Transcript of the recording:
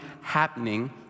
happening